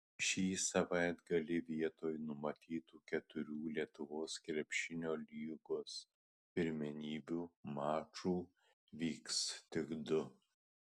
šį savaitgalį vietoj numatytų keturių lietuvos krepšinio lygos pirmenybių mačų vyks tik du